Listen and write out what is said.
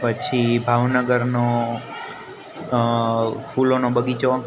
પછી ભાવનગર નો ફૂલોનો બગીચો